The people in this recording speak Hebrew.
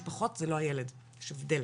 משפחות זה לא הילד, יש הבדל.